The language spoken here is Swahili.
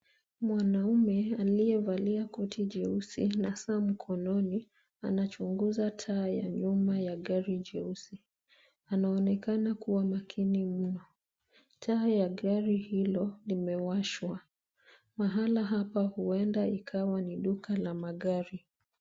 Mwanaume aliyevalia koti jeusi na saa mkononi anachunguza taa ya nyuma ya gari jeusi. Anaonekana kuwa makini mno. Taa ya gari hilo limewashwa, mahala hapa huenda ikawa ni duka la magari.